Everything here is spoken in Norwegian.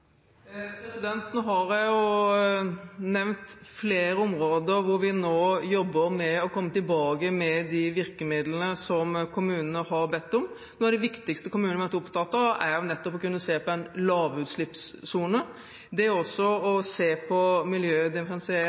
Nå har jeg nevnt flere områder hvor vi nå jobber med å komme tilbake med de virkemidlene som kommunene har bedt om. Noe av det viktigste kommunene har vært opptatt av, er nettopp å kunne se på en lavutslippssone. Vi ser også på miljødifferensierte bompenger og utreder det for å